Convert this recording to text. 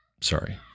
Sorry